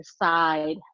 decide